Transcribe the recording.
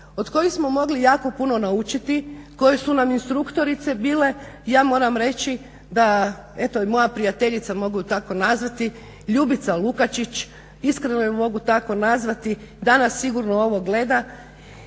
od kojih smo mogli jako puno naučiti, koje su nam instruktorice bile i ja moram reći da eto i moja prijateljica mogu ju tako nazvati Ljubica Lukačić, iskreno je mogu tako nazvati, danas sigurno ovo gleda